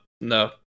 No